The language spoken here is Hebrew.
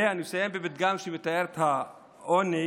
ואני אסיים בפתגם שמתאר את העוני,